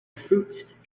fruits